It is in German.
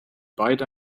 beide